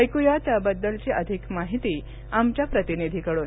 ऐकू या त्याबद्दलची अधिक माहिती आमच्या प्रतिनिधींकडून